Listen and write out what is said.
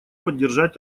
поддержать